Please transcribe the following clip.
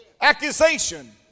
accusation